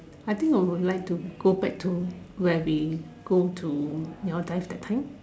I think I would like to go back to where we go to you know dive that time